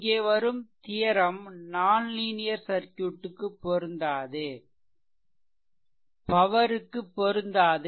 இங்கே வரும் theorem nonlinear circuit க்கு பொருந்தாது பவர்க்கு பொருந்தாது